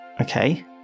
Okay